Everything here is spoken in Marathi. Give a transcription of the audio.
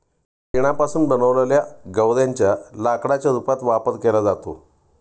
शेणापासून बनवलेल्या गौर्यांच्या लाकडाच्या रूपात वापर केला जातो